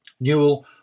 Newell